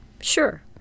sure